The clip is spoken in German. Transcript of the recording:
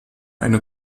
eine